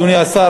אדוני השר,